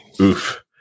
oof